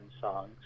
songs